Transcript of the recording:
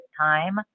time